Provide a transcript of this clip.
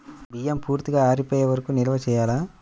బియ్యం పూర్తిగా ఆరిపోయే వరకు నిల్వ చేయాలా?